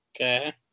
Okay